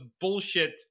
bullshit